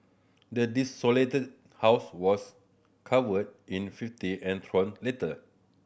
the desolated house was covered in fifty and torn letter